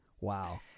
Wow